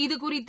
இதுகுறித்து